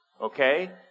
okay